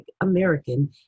American